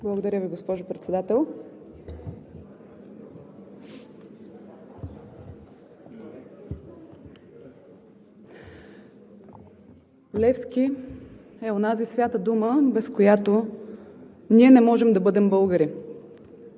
Благодаря Ви, госпожо Председател. Левски е онази свята дума, без която ние не можем да бъдем българи.